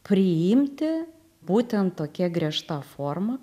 priimti būtent tokia griežta forma